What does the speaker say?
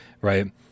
right